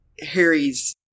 Harry's